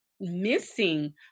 missing